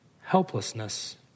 helplessness